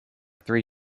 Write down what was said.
three